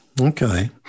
Okay